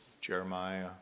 Jeremiah